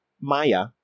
Maya